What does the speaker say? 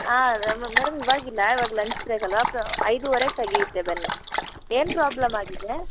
ಹಾಂ ಮೇಡಮ್ ಇವಾಗಿಲ್ಲ ಇವಾಗ ಲಂಚ್ ಬ್ರೇಕ್ ಅಲ್ಲವಾ ಸೊ ಐದುವರೆಗೆ ತೆಗೆಯುತ್ತೆ ಬನ್ನಿ ಏನು ಪ್ರಾಬ್ಲಮ್ ಆಗಿದೆ